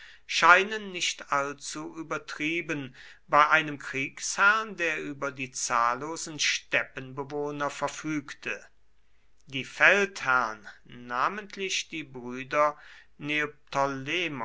scheinen nicht allzu übertrieben bei einem kriegsherrn der über die zahllosen steppenbewohner verfügte die feldherrn namentlich die brüder